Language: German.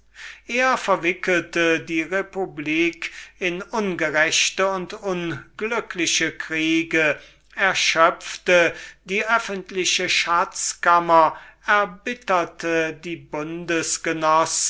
er verwickelte die republik in ungerechte und unglückliche kriege er erschöpfte die öffentliche schatzkammer er erbitterte die